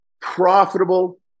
profitable